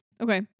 Okay